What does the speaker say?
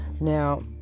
Now